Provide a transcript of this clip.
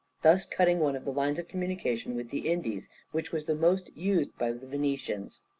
thus cutting one of the lines of communication with the indies, which was the most used by the venetians.